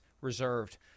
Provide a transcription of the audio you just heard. reserved